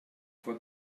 fue